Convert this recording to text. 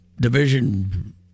Division